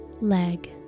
leg